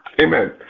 amen